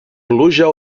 pluja